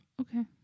Okay